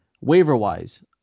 Waiver-wise